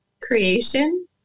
creation